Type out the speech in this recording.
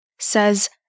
says